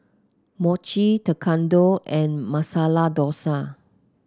Mochi Tekkadon and Masala Dosa